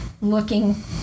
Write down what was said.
looking